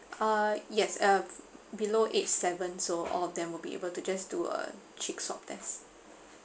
uh yes uh below eight seven so all of them would be able to just do a cheek swab test